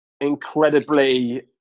incredibly